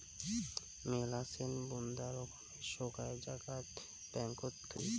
মেলাছেন বুন্দা রকমের সোগায় জাগাত ব্যাঙ্কত থুই